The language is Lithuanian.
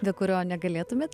be kurio negalėtumėt